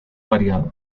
variado